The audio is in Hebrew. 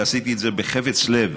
ועשיתי את זה בחפץ לב.